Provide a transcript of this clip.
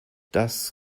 das